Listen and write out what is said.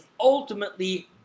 ultimately